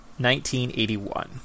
1981